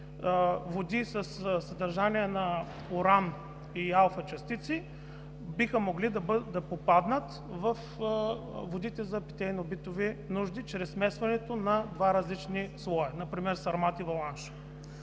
води със съдържание на уран и алфа- частици биха могли да попаднат във водите за питейно битови нужди чрез смесването на два различни слоя, например сармат и валанж.